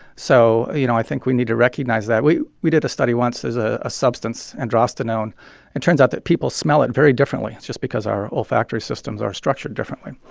so, you know, i think we need to recognize that. we we did a study once. there's ah a substance, androsterone it turns out that people smell it very differently. it's just because our olfactory systems are structured differently.